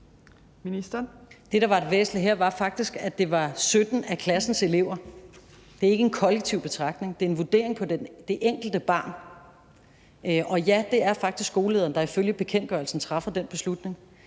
Det, der var det væsentlige her, var faktisk, at det var 17 af klassens elever. Det er ikke en kollektiv betragtning, det er en vurdering af det enkelte barn. Og ja, det er faktisk skolelederen, der ifølge bekendtgørelsen træffer den beslutning.